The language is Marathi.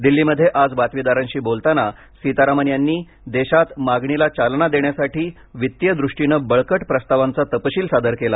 दिल्लीमध्ये आज बातमीदारांशी बोलताना सीतारामन यांनी देशात मागणीला चालना देण्यासाठा वित्तीय दृष्टीने बळकट प्रस्तावांचा तपशील सादर केला